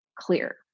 clear